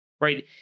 right